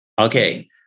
Okay